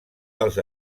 dels